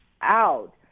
out